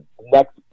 Next